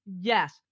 Yes